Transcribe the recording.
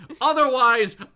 Otherwise